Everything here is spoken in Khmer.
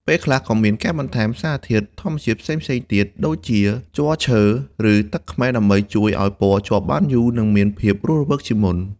ពេលខ្លះក៏មានការបន្ថែមសារធាតុធម្មជាតិផ្សេងៗទៀតដូចជាជ័រឈើ ឬទឹកខ្មេះដើម្បីជួយឱ្យពណ៌ជាប់បានយូរនិងមានភាពរស់រវើកជាងមុន។